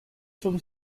from